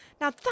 now